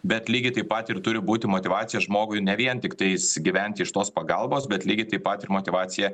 bet lygiai taip pat ir turi būti motyvacija žmogui ne vien tiktais gyventi iš tos pagalbos bet lygiai taip pat ir motyvacija